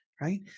right